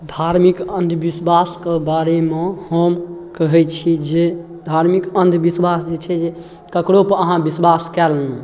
धार्मिक अन्धविश्वासके बारेमे हम कहै छी जे धार्मिक अन्धविश्वास जे छै ककरो पर अहाँ विश्वास कए लेलहुँ